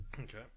Okay